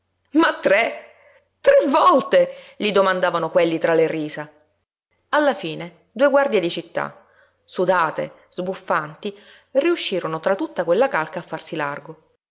ma tre tre volte gli domandavano quelli tra le risa alla fine due guardie di città sudate sbuffanti riuscirono tra tutta quella calca a farsi largo